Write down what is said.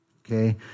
Okay